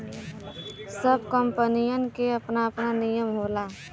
सब कंपनीयन के आपन आपन नियम होला